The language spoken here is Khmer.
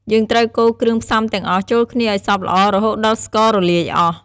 យើងត្រូវកូរគ្រឿងផ្សំទាំងអស់ចូលគ្នាឱ្យសព្វល្អ រហូតដល់ស្កររលាយអស់។